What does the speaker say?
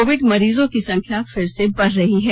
Covid मरीजों की संख्या फिर से बढ़ रही है